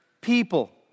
people